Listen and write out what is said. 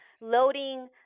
loading